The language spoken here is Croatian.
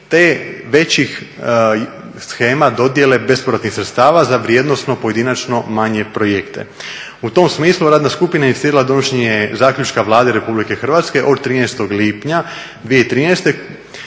te većih shema, dodijele bespovratnih sredstava za vrijednosno, pojedinačno manje projekte. U tom smislu radna skupina je inicirala donošenje zaključka Vlade Republike Hrvatske od 13. lipnja 2103.